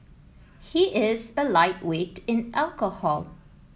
he is a lightweight in alcohol